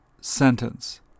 sentence